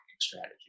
strategy